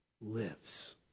lives